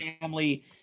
family